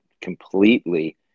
completely